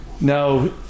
Now